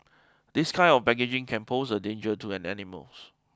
this kind of packaging can pose a danger to an animals